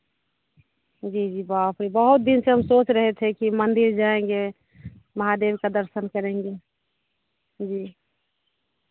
जी जी बाप रे बहुत दिन से हम सोच रहे थे कि मंदिर जाएँगे महादेव का दर्शन करेंगे जी